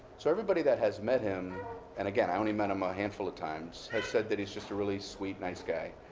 so everybody that has met him and again, i only met him a handful of times has said that he's just a really sweet, nice guy.